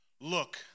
Look